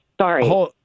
sorry